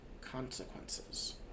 consequences